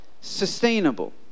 sustainable